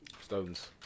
Stones